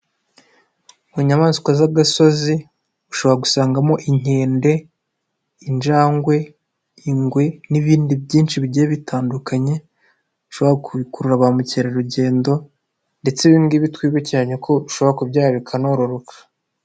Mu nyamaswa z'agasozi, ushobora gusangamo inkende, injangwe, ingwe, n'ibindi byinshi bigiye bitandukanye, bishobora gukurura ba mukerarugendo, ndetse ibingibi twibukiranye ko bishobora kubyara bikanororoka.